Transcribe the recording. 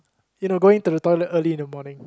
you know going to the toilet early in the morning